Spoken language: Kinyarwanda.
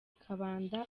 kabanda